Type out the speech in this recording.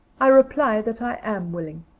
i reply that i am willing.